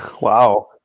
Wow